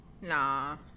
Nah